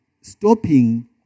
stopping